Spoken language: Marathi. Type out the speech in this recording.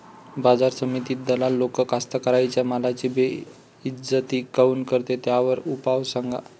बाजार समितीत दलाल लोक कास्ताकाराच्या मालाची बेइज्जती काऊन करते? त्याच्यावर उपाव सांगा